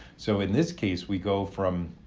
so in this case, we go from,